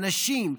האנשים,